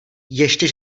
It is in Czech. ještě